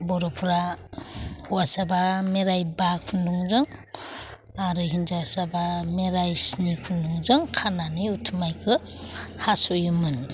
बर'फ्रा हौवासाबा मेरायबा खुन्दुंजों आरो हिन्जावसाबा मेरायस्नि खुन्दुंजों खानानै उथुमायखौ हास'योमोन